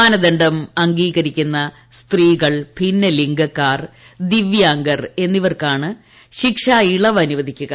മാനദണ്ഡം അംഗീകരിക്കുന്ന സ്ത്രീകൾ ഭിന്നലിംഗക്കാർ ദിവ്യാംഗർ എന്നിവർക്കാണ് ശിക്ഷാ ഇളവ് അനുവദിക്കുക